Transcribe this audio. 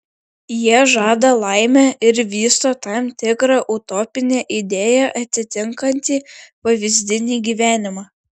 jie žada laimę ir vysto tam tikrą utopinę idėją atitinkantį pavyzdinį gyvenimą